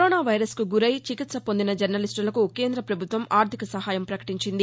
corona వైరస్కు గురై చికిత్స పొందిన జర్నలిస్టులకు కేంద ప్రభుత్వం ఆర్థిక సహాయం ప్రకటించింది